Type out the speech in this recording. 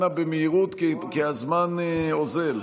אנא במהירות כי הזמן אוזל.